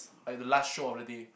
like the last show of the day